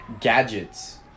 gadgets